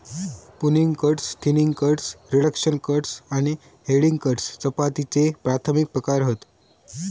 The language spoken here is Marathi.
pruning cuts, thinning cuts, reduction cuts आणि हेडिंग कट्स कपातीचे प्राथमिक प्रकार हत